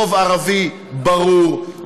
רוב ערבי ברור,